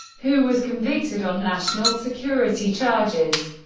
who was convicted on national security charges,